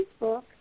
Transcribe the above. Facebook